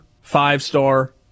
five-star